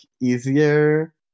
easier